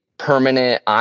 Permanent